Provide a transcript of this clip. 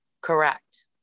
correct